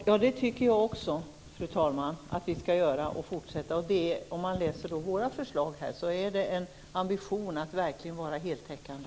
Fru talman! Helt kort: Ja, det tycker jag också att vi skall göra. Om man läser våra förslag ser man att vi har en ambition att verkligen vara heltäckande.